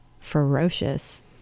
ferocious